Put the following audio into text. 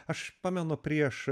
aš pamenu prieš